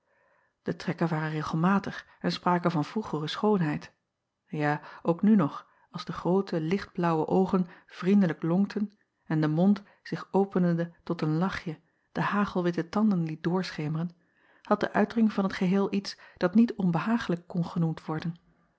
e trekken waren regelmatig en spraken van vroegere schoonheid ja ook nu nog als de groote lichtblaauwe oogen vriendelijk lonkten en de mond zich openende tot een lachje de hagelwitte tanden liet doorschemeren had de uitdrukking van het geheel iets dat niet onbehaaglijk kon genoemd worden